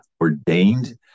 ordained